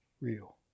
real